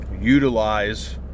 utilize